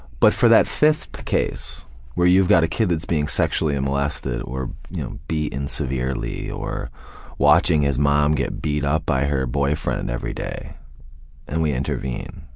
but for that fifth case where you've got a kid that's being sexually molested or beaten severely or watching his mom get beat up by her boyfriend every day and we intervene,